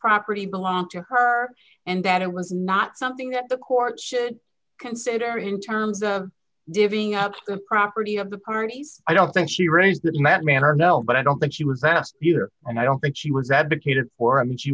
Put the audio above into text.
property belonged to her and that it was not something that the court should consider in terms of giving up the property of the parties i don't think she raised that madman or no but i don't think she would pass either and i don't think she would advocate it or i mean she